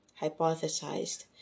hypothesized